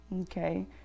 okay